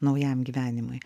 naujam gyvenimui